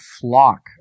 flock